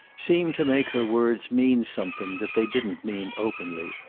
seemed to make her words mean something that they didn't mean openly.